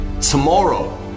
Tomorrow